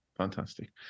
Fantastic